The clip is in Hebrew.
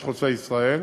כביש חוצה-ישראל,